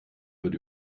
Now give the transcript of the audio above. wird